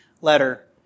letter